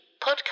podcast